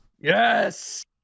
Yes